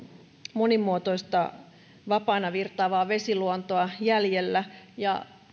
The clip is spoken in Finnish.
monimuotoista vapaana virtaavaa vesiluontoa jäljellä ja